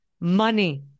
money